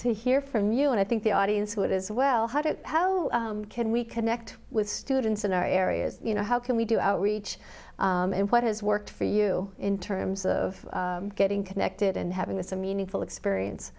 to hear from you and i think the audience would as well how do you how can we connect with students in our areas you know how can we do outreach and what has worked for you in terms of getting connected and having this a meaningful experience